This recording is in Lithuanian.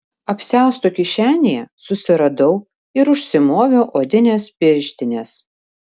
apsiausto kišenėje susiradau ir užsimoviau odines pirštines